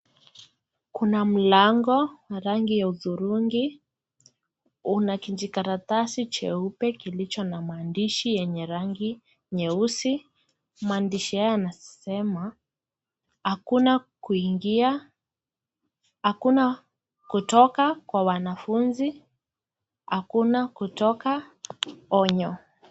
Kuna mlango wa rangi ya hudhurungi una kijikaratasi cheupe kilicho na maandishi yenye rangi nyeusi. Maandishi haya yanasema hakuna kuingia, akuna kutoka kwa wanafuzi, akuna kutoka onyo.